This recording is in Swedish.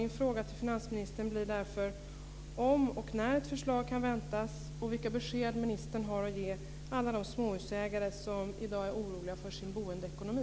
Min fråga till finansministern blir därför om och när ett förslag kan väntas och vilka besked ministern har att ge alla de småhusägare som i dag är oroliga för sin boendeekonomi.